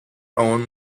own